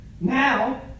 Now